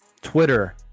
Twitter